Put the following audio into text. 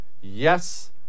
Yes